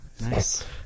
Nice